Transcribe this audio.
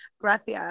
Gracias